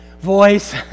voice